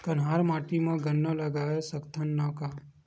कन्हार माटी म गन्ना लगय सकथ न का?